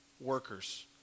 workers